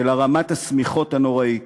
של הרמת השמיכות הנוראית